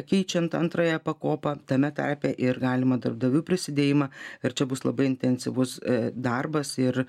keičiant antrąją pakopą tame tarpe ir galimą darbdavių prisidėjimą ir čia bus labai intensyvus darbas ir